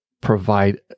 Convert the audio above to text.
provide